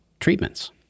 treatments